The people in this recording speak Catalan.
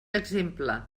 exemple